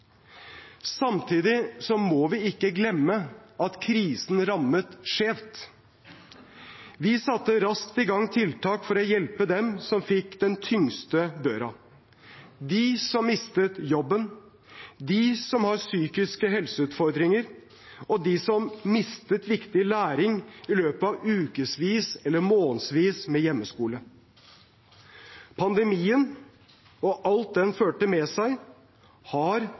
Samtidig må vi ikke glemme at krisen rammet skjevt. Vi satte raskt i gang tiltak for å hjelpe dem som fikk den tyngste børa – dem som mistet jobben, dem som har psykiske helseutfordringer, og dem som mistet viktig læring i løpet av ukevis og månedsvis med hjemmeskole. Pandemien – og alt den førte med seg – har